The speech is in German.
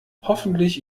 hoffentlich